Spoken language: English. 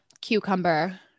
cucumber